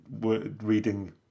Reading